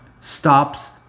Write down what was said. stops